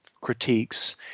critiques